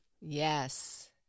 Yes